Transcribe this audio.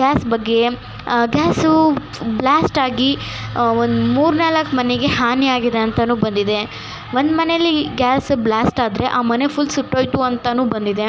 gas ಬಗ್ಗೆ gas ಬ್ಲ್ಯಾಸ್ಟಾಗಿ ಒಂದು ಮೂರು ನಾಲ್ಕು ಮನೆಗೆ ಹಾನಿಯಾಗಿದೆ ಅಂತ ಬಂದಿದೆ ಒಂದು ಮನೆಯಲ್ಲಿ ಗ್ಯಾಸ್ ಬ್ಲ್ಯಾಸ್ಟಾದರೆ ಆ ಮನೆ ಫುಲ್ ಸುಟ್ಟೋಯಿತು ಅಂತ ಬಂದಿದೆ